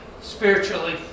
spiritually